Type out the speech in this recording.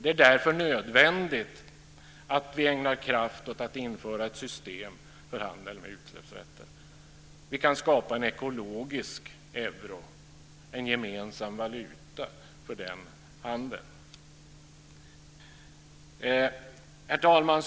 Det är därför nödvändigt att vi ägnar kraft åt att införa ett system för handel med utsläppsrätter. Vi kan skapa en ekologisk euro, en gemensam valuta för den handeln. Herr talman!